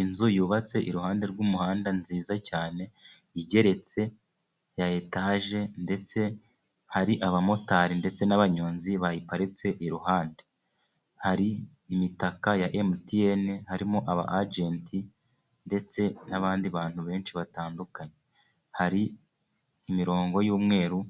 Inzu yubatse iruhande rw'umuhanda nziza cyane igeretse ya etaje ,ndetse hari abamotari ndetse n'abanyonzi bayiparitse iruhande, hari imitaka ya Emutiyene harimo aba ajenti ndetse n'abandi bantu benshi batandukanye. Hari imirongo y'umweru